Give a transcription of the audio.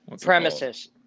Premises